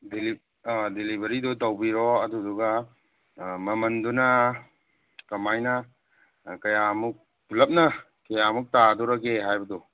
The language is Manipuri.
ꯗꯦꯂꯤꯚꯔꯤꯗꯣ ꯇꯧꯕꯤꯔꯣ ꯑꯗꯨꯗꯨꯒ ꯃꯃꯟꯗꯨꯅ ꯀꯃꯥꯏꯅ ꯀꯌꯥꯃꯨꯛ ꯄꯨꯂꯞꯅ ꯀꯌꯥꯃꯨꯛ ꯇꯥꯗꯣꯔꯒꯦ ꯍꯥꯏꯕꯗꯣ